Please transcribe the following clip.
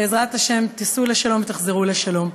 בעזרת השם תיסעו לשלום ותחזרו לשלום.